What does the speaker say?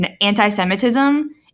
anti-semitism